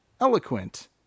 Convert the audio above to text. Eloquent